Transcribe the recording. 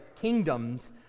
kingdoms